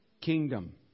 kingdom